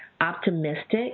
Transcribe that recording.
optimistic